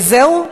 וזהו?